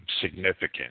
significant